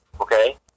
okay